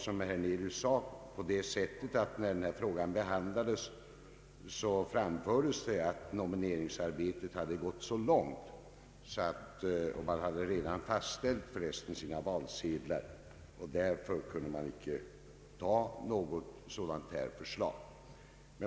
Som herr Hernelius sade, framfördes det vid frågans behandling att nomineringsarbetet framskridit så långt — valsedlarna hade redan fastställts — att planerna inte kunde förverkligas.